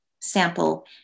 sample